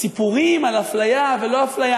הסיפורים על אפליה ולא אפליה,